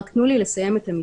רק תנו לי לסיים את המשפט.